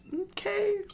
Okay